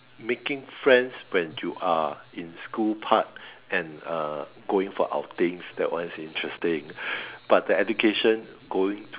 making friends when you are in school part and uh going for outings that one is interesting but the education going